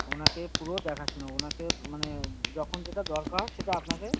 ওনাকে পুরো দেখাশুনো ওনাকে মানে যখন যেটা দরকার সেটা আপনাকে